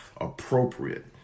appropriate